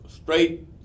Straight